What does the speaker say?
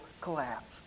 collapsed